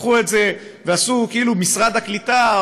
לקחו את זה ועשו כאילו למשרד הקליטה,